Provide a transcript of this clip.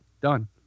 Done